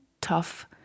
tough